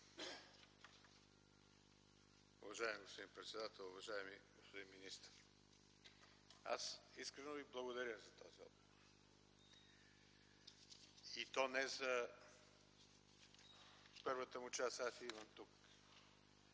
Уважаеми господин председател, уважаеми господин министър! Аз искрено Ви благодаря за този отговор. И то не за първата му част, аз я имам тук